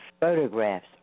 photographs